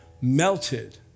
melted